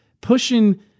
pushing